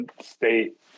state